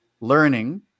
learning